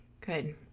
Good